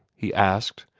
he asked,